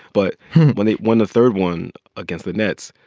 but when they won the third one against the nets,